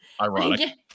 Ironic